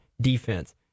defense